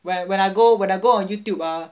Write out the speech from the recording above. when when I go when I go on Youtube ah